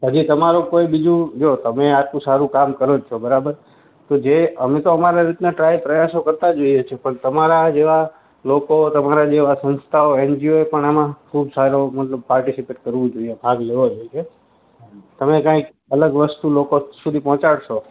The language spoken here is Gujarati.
હજી તમારું કોઈ બીજું જો તમે આટલું સારું કામ કરો જ છો બરાબર તો જે અમે તો અમારા રીતના ટ્રાય પ્રયાસો કરતા જ રહીએ છે પણ તમારા જેવા લોકો તમારા જેવા સંસ્થાઓ એનજીઓેએ પણ આમાં ખૂબ સારો મતલબ પાર્ટીસિપેટ કરવું જોઇએ ભાગ લેવો જોઇએ તમે કાંઈક અલગ વસ્તુ લોકો સુધી પહોંચાડશો